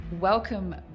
Welcome